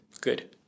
good